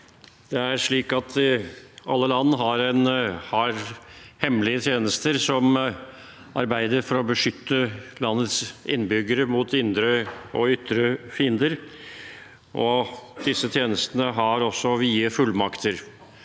Alle land har hemmelige tjenester som arbeider for å beskytte landets innbyggere mot indre og ytre fiender, og disse tjenestene har også vide fullmakter.